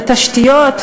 לתשתיות,